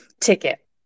ticket